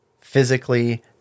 physically